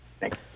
thanks